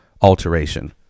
alteration